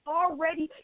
already